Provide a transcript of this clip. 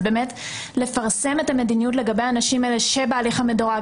באמת לפרסם את המדיניות לגבי האנשים האלה שבהליך המדורג,